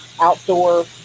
outdoor